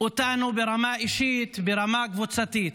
אותנו ברמה אישית או ברמה קבוצתית,